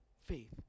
faith